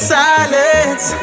silence